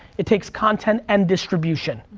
it takes content and distribution.